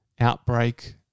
outbreak